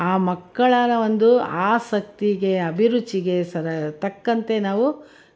ಆ ಮಕ್ಕಳ ಒಂದು ಆಸಕ್ತಿಗೆ ಅಭಿರುಚಿಗೆ ಸರಿ ತಕ್ಕಂತೆ ನಾವು ಕಲಿ